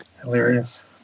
hilarious